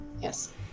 Yes